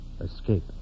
Escape